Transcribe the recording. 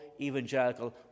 evangelical